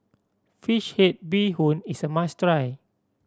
fish head bee hoon is a must try